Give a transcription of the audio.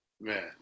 Man